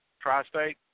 Tri-state